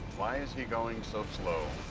why is he going so slow?